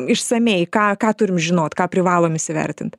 išsamiai ką ką turim žinot ką privalom įsivertint